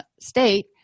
state